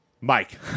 Mike